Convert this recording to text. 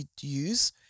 use